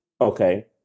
Okay